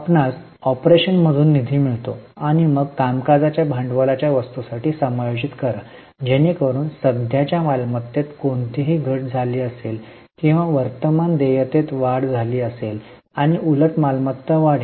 आपणास ऑपरेशन मधून निधी मिळतो आणि मग कामकाजाच्या भांडवलाच्या वस्तूसाठी समायोजित करा जेणेकरून सध्याच्या मालमत्तेत कोणतीही घट झाली असेल किंवा वर्तमान देयतेत वाढ झाली असेल आणि उलट मालमत्ता वाढेल